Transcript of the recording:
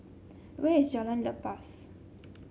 where is Jalan Lepas